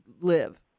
live